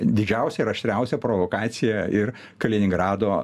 didžiausia ir aštriausia provokacija ir kaliningrado